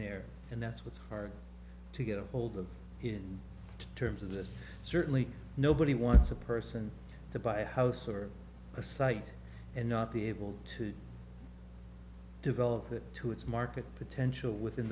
there and that's what's hard to get a hold of in terms of this certainly nobody wants a person to buy a house or a site and not be able to develop it to its market potential within